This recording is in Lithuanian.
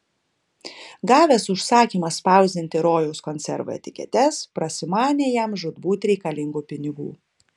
gavęs užsakymą spausdinti rojaus konservų etiketes prasimanė jam žūtbūt reikalingų pinigų